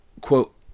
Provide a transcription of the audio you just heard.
quote